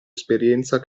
esperienza